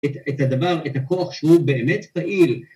‫את הדבר, את הכוח שהוא באמת פעיל.